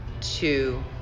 two